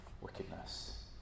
wickedness